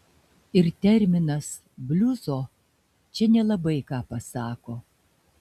ir terminas bliuzo čia nelabai ką pasako